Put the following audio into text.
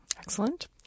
Excellent